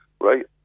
right